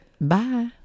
Bye